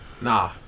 Nah